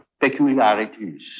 peculiarities